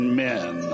men